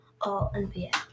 All-NBA